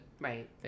Right